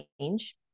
change